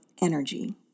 energy